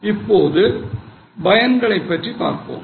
இப்போது பயன்களைப் பற்றி பார்ப்போம்